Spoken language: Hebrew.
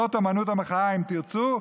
זאת אומנות המחאה, אם תרצו.